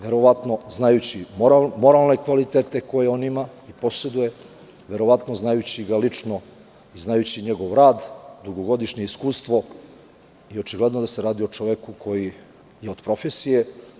Verovatno znajući moralne kvalitete koje on poseduje, znajući ga lično i znajući njegov rad, njegovo dugogodišnje iskustvo, očigledno je da se radi o čoveku koji je od profesije.